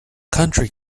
country